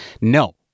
no